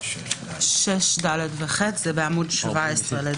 פינוי פסולת.